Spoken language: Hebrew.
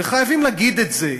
וחייבים להגיד את זה,